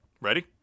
Ready